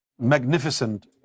magnificent